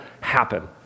happen